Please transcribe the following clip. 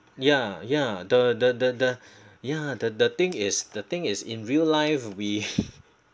ya ya the the the ya the the thing is the thing is in real life we